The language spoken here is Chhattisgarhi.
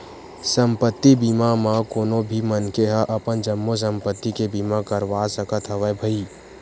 संपत्ति बीमा म कोनो भी मनखे ह अपन जम्मो संपत्ति के बीमा करवा सकत हवय भई